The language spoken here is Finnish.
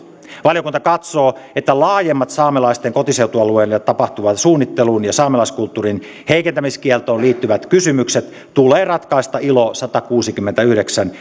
valiokunta katsoo että laajemmat saamelaisten kotiseutualueelle tapahtuvaan suunnitteluun ja saamelaiskulttuurin heikentämiskieltoon liittyvät kysymykset tulee ratkaista ilo satakuusikymmentäyhdeksän